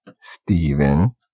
Steven